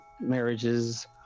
marriages